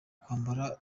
kwambara